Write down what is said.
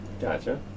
Gotcha